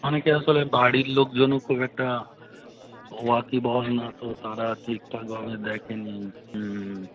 অনেকে আসলে বাড়ির লোকজনও খুব একটা ওয়াকিবহাল না তো তারা ঠিকঠাকভাবে দেখে নি হুম